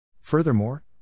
Furthermore